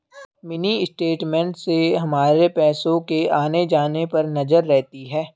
mini statement से हमारे पैसो के आने जाने पर नजर रहती है